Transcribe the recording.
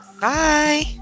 Bye